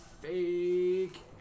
fake